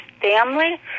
family